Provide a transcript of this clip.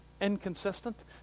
Inconsistent